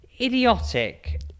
idiotic